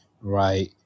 right